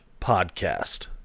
podcast